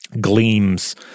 gleams